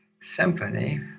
symphony